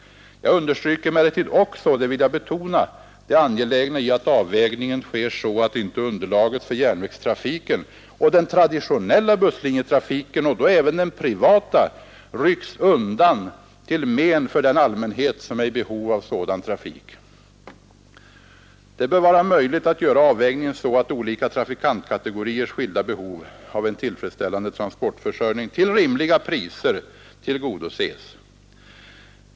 Jag understryker emellertid också — och det vill jag särskilt betona — det angelägna i att avvägningen sker så att inte underlaget för järnvägstrafiken och den traditionella busslinjetrafiken — och då även den privata — rycks undan till men för den allmänhet som är i behov av sådan trafik. Det bör vara möjligt att göra avvägningen så, att olika trafikantkategoriers skilda behov av en tillfredsställande transportförsörjning till rimliga priser tillgodoses.